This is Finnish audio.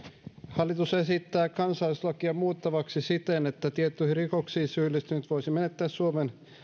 hallitus esittää kansalaisuuslakia muutettavaksi siten että tiettyihin rikoksiin syyllistynyt voisi menettää suomen